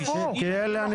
כי אלה הנתונים.